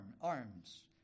arms